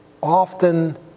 often